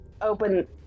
Open